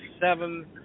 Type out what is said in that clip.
seven